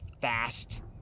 fast